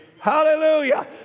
Hallelujah